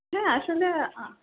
হ্যাঁ আসলে